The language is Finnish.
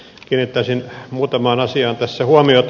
kiinnittäisin muutamaan asiaan tässä huomiota